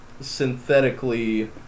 synthetically